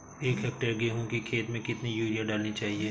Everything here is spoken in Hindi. एक हेक्टेयर गेहूँ की खेत में कितनी यूरिया डालनी चाहिए?